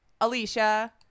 Alicia